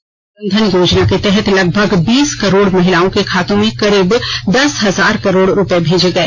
प्रधानमंत्री जनधन योजना के तहत लगभग बीस करोड़ महिलाओं के खातों में करीब दस हजार करोड़ रुपए भेजे गए